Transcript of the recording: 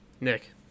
Nick